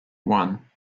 one